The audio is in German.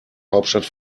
hauptstadt